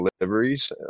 deliveries